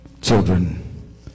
children